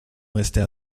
restait